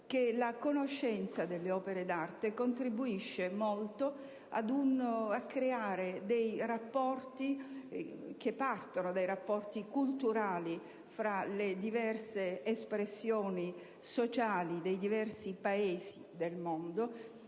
che la conoscenza delle opere d'arte contribuisce molto a creare dei rapporti, che partono dall'ambito culturale e tra le diverse espressioni sociali dei diversi Paesi del mondo